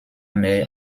mehr